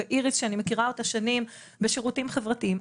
ואיריס שאני מכירה אותה שנים בשירותים חברתיים,